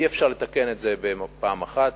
אי-אפשר לתקן את זה בפעם אחת,